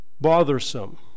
bothersome